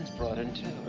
brought in two.